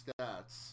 stats